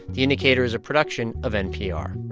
the indicator is a production of npr